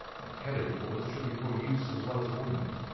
that head of yours should be for use as well as ornament.